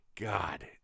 God